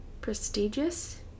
Prestigious